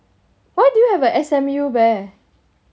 why do you have a S_M_U bear